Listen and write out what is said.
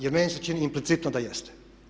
Jer meni se čini implicitno da jeste.